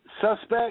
suspect